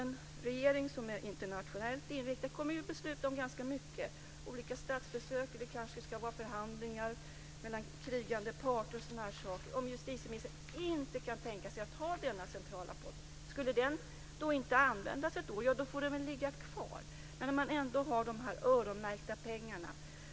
En regering som är internationellt inriktad kommer att besluta om mycket sådant - olika statsbesök, det kanske ska vara förhandlingar mellan krigande parter osv. Jag undrar om justitieministern kan tänka sig denna centrala pott? Om den inte skulle användas ett år får den ligga kvar. Jag vill ändå att man ska ha öronmärkta pengar.